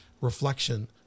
reflection